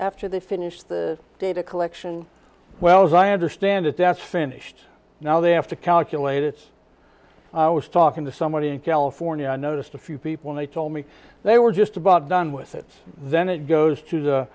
after they finish the data collection well as i understand it that's finished now they have to calculate it's i was talking to somebody in california i noticed a few people they told me they were just about done with it then it goes to the